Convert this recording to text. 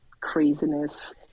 craziness